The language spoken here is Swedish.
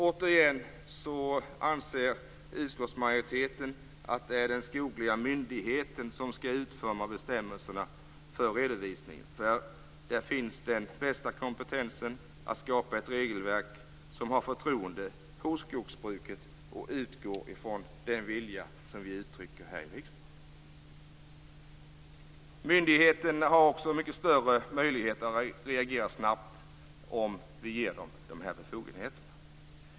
Återigen anser utskottsmajoriteten att det är den skogliga myndigheten som skall utforma bestämmelserna för redovisning, för där finns den bästa kompetensen att skapa ett regelverk som skogsbruket har förtroende för och som utgår från den vilja som vi uttrycker i riksdagen. Myndigheten har också mycket större möjligheter att reagera snabbt om vi ger dem dessa befogenheter.